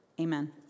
Amen